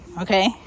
Okay